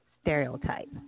stereotype